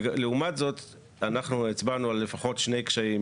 לעומת זאת אנחנו הצבענו על לפחות שני קשיים